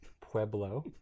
Pueblo